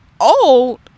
old